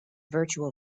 virtual